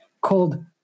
called